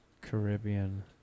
Caribbean